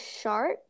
Shark